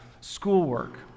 schoolwork